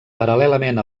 paral·lelament